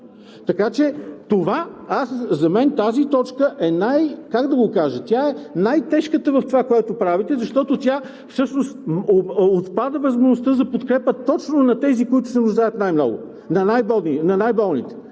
тя е най-тежката в това, което правите, защото всъщност отпада възможността за подкрепа точно на тези, които се нуждаят най-много, на най-болните,